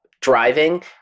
driving